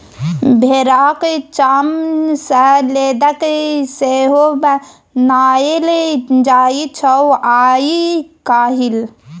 भेराक चाम सँ लेदर सेहो बनाएल जाइ छै आइ काल्हि